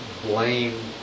blame